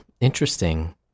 interesting